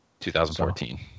2014